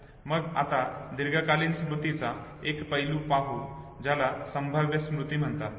मग आपण आता दीर्घकालीन स्मृतीचा आणखी एक पैलू पाहू ज्याला संभाव्य स्मृती म्हणतात